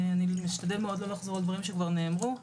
ואני אשתדל מאוד לא לחזור על דברים שכבר נאמרו.